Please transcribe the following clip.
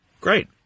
Great